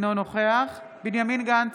אינו נוכח בנימין גנץ,